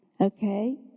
okay